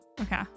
Okay